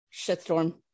shitstorm